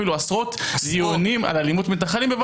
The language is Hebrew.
עשרות דיונים על אלימות מתנחלים.